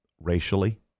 racially